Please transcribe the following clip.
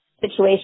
situation